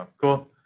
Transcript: Cool